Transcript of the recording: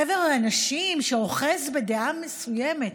חבר אנשים שאוחזים בדעה מסוימת,